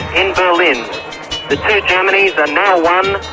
in berlin. the two germanys are now one.